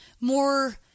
more